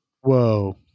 Whoa